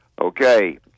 Okay